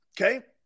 Okay